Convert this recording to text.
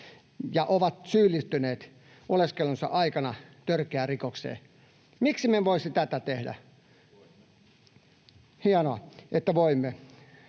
ja ovat syyllistyneet oleskelunsa aikana törkeään rikokseen? Miksi me emme voisi tätä tehdä? [Mika Kari: Voimme!]